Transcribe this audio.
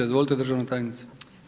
Izvolite državna tajnice.